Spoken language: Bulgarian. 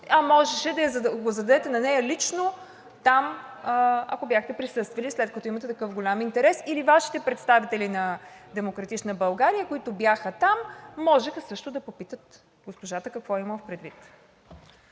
Можеше да го зададете на нея лично, ако бяхте присъствали, след като имате такъв голям интерес, или Вашите представители на „Демократична България“, които бяха там, можеха също да попитат госпожата какво е имала предвид.